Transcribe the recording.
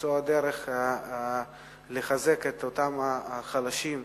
למצוא דרך לחזק את אותם החלשים,